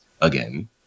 again